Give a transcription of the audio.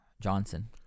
Johnson